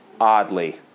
oddly